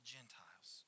Gentiles